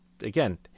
again